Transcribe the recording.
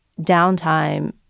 downtime